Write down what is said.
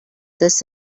this